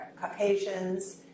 Caucasians